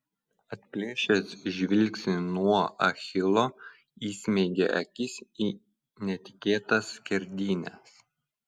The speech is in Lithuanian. atplėšęs žvilgsnį nuo achilo įsmeigė akis į netikėtas skerdynes